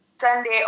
Sunday